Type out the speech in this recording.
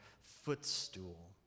footstool